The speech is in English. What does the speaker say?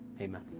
amen